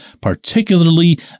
particularly